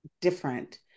different